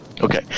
Okay